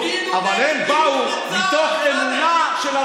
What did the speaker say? אבל הם באו מתוך אמונה של,